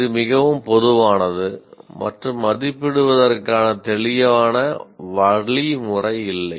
இது மிகவும் பொதுவானது மற்றும் மதிப்பிடுவதற்கான தெளிவான வழிமுறை இல்லை